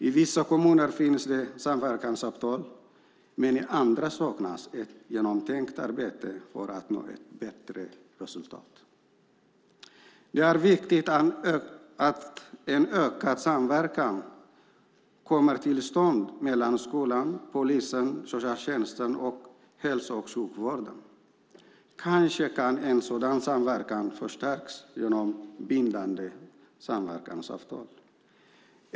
I vissa kommuner finns det samverkansavtal, men i andra saknas ett genomtänkt arbete för att nå ett bättre resultat. Det är viktigt att en ökad samverkan kommer till stånd mellan skolan, polisen, socialtjänsten och hälso och sjukvården. Kanske kan en sådan samverkan förstärkas genom bindande samverkansavtal.